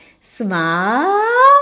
Smile